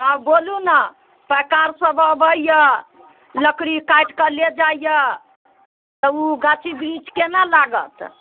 हँ बोलु ने पैकार सभ अबैया लकड़ी काटिके ले जाइया तऽ ओ गाछी वृक्ष केना लागत